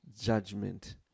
judgment